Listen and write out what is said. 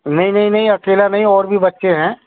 नहीं नहीं नहीं अकेला नहीं और भी बच्चे हैं